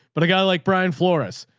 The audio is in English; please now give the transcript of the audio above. but a guy like brian flores.